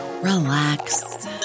relax